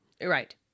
Right